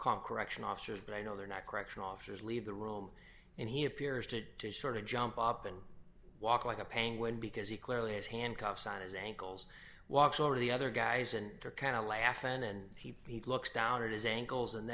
call correction officers they know they're not correctional officers leave the room and he appears to sort of jump up and walk like a penguin because he clearly has handcuffs on his ankles walks over to the other guys and they're kind of laughing and he looks down at his ankles and